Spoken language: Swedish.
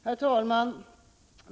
Herr talman!